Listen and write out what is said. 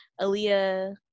Aaliyah